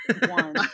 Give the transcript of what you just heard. one